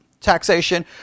taxation